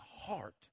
heart